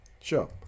Sure